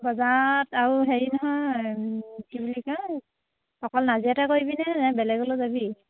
বজাৰত আৰু হেৰি নহয় কি বুলি কয় এই অকল নাজিৰাতে কৰিবিনে নে বেলেগলৈয়ো যাবি